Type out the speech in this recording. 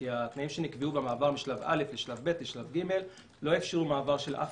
כי התנאים שנקבעו במעבר משלב א' לשלב ב' לשלב ג' לא אפשרו מעבר של אף,